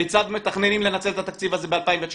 כיצד מתכננים לנצל את התקציב הזה ב-2019.